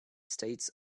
states